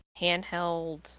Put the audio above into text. handheld